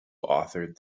authored